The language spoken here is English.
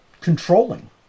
controlling